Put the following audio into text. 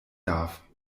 darf